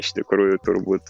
iš tikrųjų turbūt